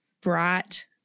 brought